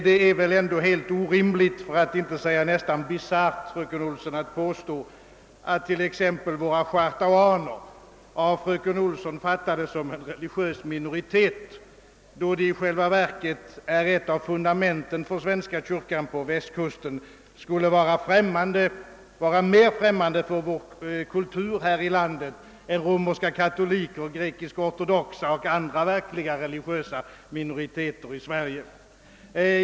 Det är väl ändå helt orimligt, för att inte säga nästan bisarrt, att påstå att t.ex. våra schartauaner kan uppfattas som en religiös minoritet. Skulle denna trosuppfattning, som i själva verket är ett av fundamenten för den svenska kyrkan på västkusten, vara mer främmande för vår kultur än den romerska katolicismen, den grekisk-ortodoxa tron och andra verkliga religiösa minoriteter i Sverige?